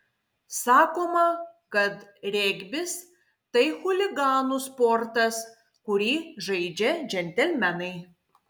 sakoma kad regbis tai chuliganų sportas kurį žaidžia džentelmenai